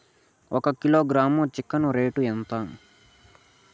ఒక kilogram chicken rate ఎంత?